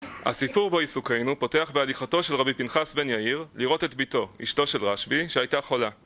הסיפור בו עיסוקנו, פותח בהליכתו של רבי פנחס בן יאיר לראות את ביתו, אשתו של רשב"י, שהייתה חולה